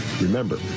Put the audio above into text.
Remember